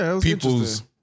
people's